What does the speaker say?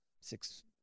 six